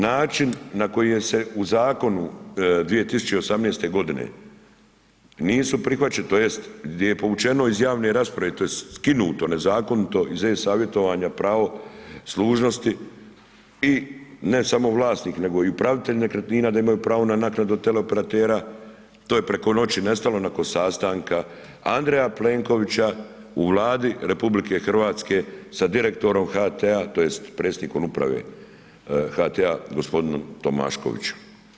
Način na koji se u zakonu 2018. g. nisu prihvaćeni, tj. gdje je povučeno iz javne rasprave tj. skinuto nezakonito iz e-Savjetovanja pravo služnosti i ne samo vlasnik nego i upravitelj nekretnina da imaju pravo na naknadu teleoperatera, to je preko noći nestalo nakon sastanka Andreja Plenkovića u Vladi RH sa direktorom HT-a, tj. predsjednikom uprave HT-a, g. Tomaškovićem.